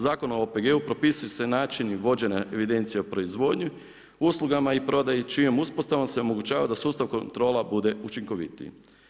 Zakon o OPG-u propisuje se načini o vođenju evidenciju o proizvodnju, uslugama i prodaji čijom uspostavi se omogućava da sustav kontrola bude učinkovitiji.